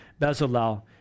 Bezalel